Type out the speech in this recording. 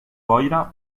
boira